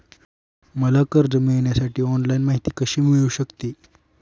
मला कर्ज मिळविण्यासाठी ऑनलाइन माहिती कशी मिळू शकते?